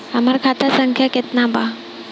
हमार खाता संख्या केतना बा?